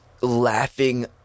laughing